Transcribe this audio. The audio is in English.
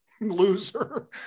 loser